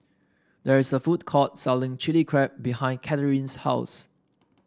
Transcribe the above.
there is a food court selling Chili Crab behind Cathrine's house